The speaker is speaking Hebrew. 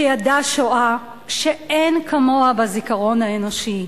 שידע שואה שאין כמוה בזיכרון האנושי,